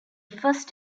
first